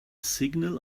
signal